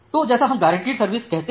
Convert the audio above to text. तो जैसा हम गारंटीड सर्विस कहते हैं